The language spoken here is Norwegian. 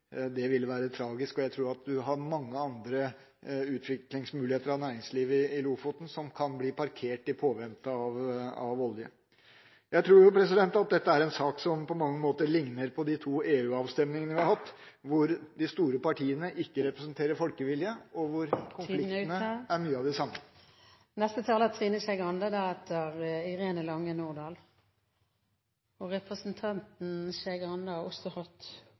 Det ville være tragisk, og jeg tror du har mange andre utviklingsmuligheter av næringslivet i Lofoten som kan bli parkert i påvente av olje. Jeg tror at dette er en sak som på mange måter ligner på de to EU-avstemningene vi har hatt , hvor de store partiene ikke representerer folkeviljen og hvor konfliktene er mye av de samme. Representanten Trine Skei Grande har også hatt ordet to ganger tidligere og